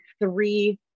three